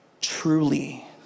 truly